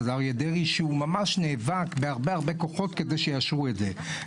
אריה דרעי שהוא ממש נאבק בהרבה כוחות כדי שיאשרו את זה,